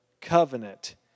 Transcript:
covenant